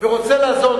ורוצה לעזוב,